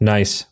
Nice